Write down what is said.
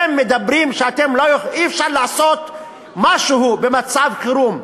אתם אומרים שאי-אפשר לעשות משהו במצב חירום.